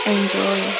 Enjoy